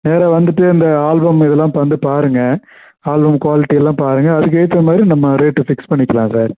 நேராக வந்துகிட்டு இந்த ஆல்பம் இதெல்லாம் வந்து பாருங்கள் ஆல்பம் குவாலிட்டயெல்லா பாருங்கள் அதுக்கு ஏற்ற மாதிரி நம்ப ரேட்டை ஃபிக்ஸ் பண்ணிக்கலாம் சார்